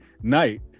night